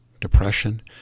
depression